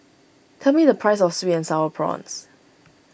tell me the price of Sweet and Sour Prawns